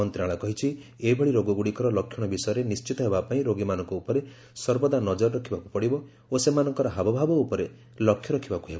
ମନ୍ତଶାଳୟ କହିଛି ଏଭଳି ରୋଗ ଗୁଡ଼ିକର ଲକ୍ଷଣ ବିଷୟରେ ନିଶ୍ଚିତ ହେବା ପାଇଁ ରୋଗୀମାନଙ୍କ ଉପରେ ସର୍ବଦା ନଜର ରଖିବାକୁ ପଡିବ ଓ ସେମାନଙ୍କର ହାବଭାବ ଉପରେ ଲକ୍ଷ୍ୟ ରଖିବାକୁ ହେବ